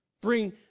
bring